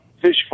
Fish